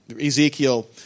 Ezekiel